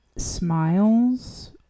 smiles